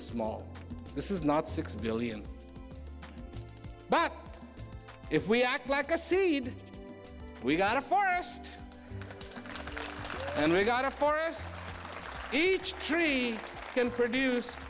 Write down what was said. small this is not six billion but if we act like a seed we got a forest and we got a forest each tree can produce